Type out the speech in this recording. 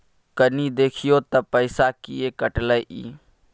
कनी देखियौ त पैसा किये कटले इ?